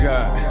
God